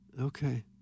Okay